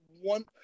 one